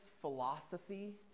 philosophy